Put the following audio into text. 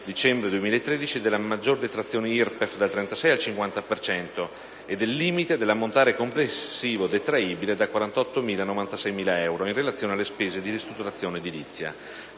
dicembre 2013 della maggiore detrazione IRPEF, dal 36 per cento al 50 per cento, e del limite dell'ammontare complessivo detraibile, da 48.000 a 96.000 euro, in relazione alle spese di ristrutturazione edilizia.